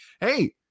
hey